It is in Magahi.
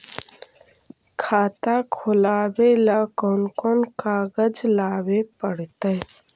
खाता खोलाबे ल कोन कोन कागज लाबे पड़तै?